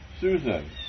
Susan